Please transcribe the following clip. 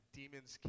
demons